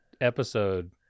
episode